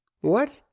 What